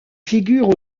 figure